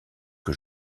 que